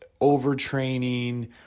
overtraining